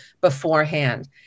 beforehand